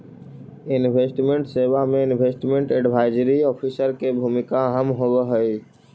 investment सेवा में investment advisory officer के भूमिका अहम होवऽ हई